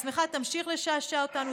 השמחה תמשיך לשעשע אותנו,